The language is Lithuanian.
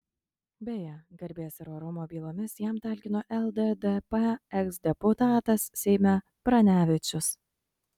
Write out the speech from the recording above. beje garbės ir orumo bylomis jam talkino lddp eksdeputatas seime pranevičius